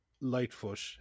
Lightfoot